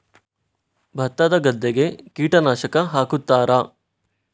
ಭತ್ತದ ಗದ್ದೆಗೆ ಕೀಟನಾಶಕ ಹಾಕುತ್ತಾರಾ?